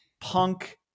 Punk